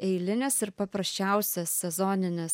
eilinis ir paprasčiausias sezoninis